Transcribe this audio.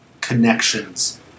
connections